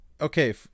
Okay